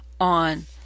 on